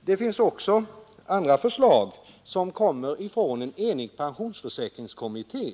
Det finns i propositionen också förslag som kommit från enig pensionsförsäkringskommitté.